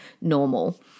normal